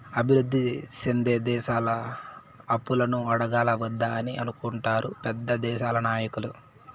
అభివృద్ధి సెందే దేశాలు అప్పులను అడగాలా వద్దా అని అనుకుంటారు పెద్ద దేశాల నాయకులు